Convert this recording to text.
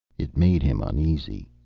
it made him uneasy.